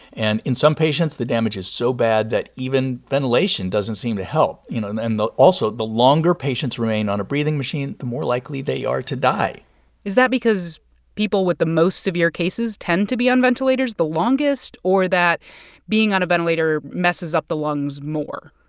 and in some patients, the damage is so bad that even ventilation doesn't seem to help. you know and and also the longer patients remain on a breathing machine, the more likely they are to die is that because people with the most severe cases tend to be on ventilators the longest or that being on a ventilator messes up the lungs more?